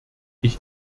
ich